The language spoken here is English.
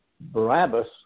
Barabbas